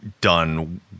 done